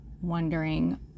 wondering